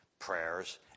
prayers